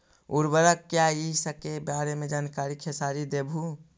उर्वरक क्या इ सके बारे मे जानकारी खेसारी देबहू?